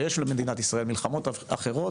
ויש למדינת ישראל מלחמות אחרות,